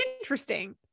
interesting